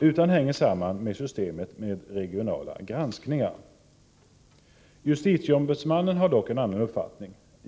utan hänger samman med systemet med regionala granskningar. Justitieombudsmannen har dock en annan uppfattning.